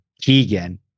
Keegan